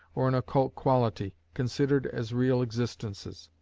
or an occult quality, considered as real existences,